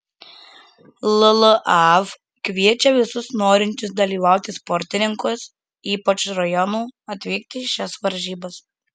llaf kviečia visus norinčius dalyvauti sportininkus ypač rajonų atvykti į šias varžybas